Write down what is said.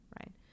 right